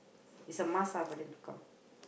is a must ah for them to come